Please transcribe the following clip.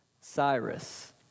Cyrus